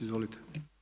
Izvolite.